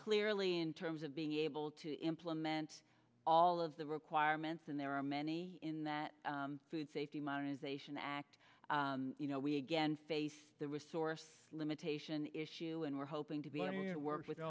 clearly in terms of being able to implement all of the requirements and there are many in that food safety modernization act you know we again face the resource limitation issue and we're hoping to be work with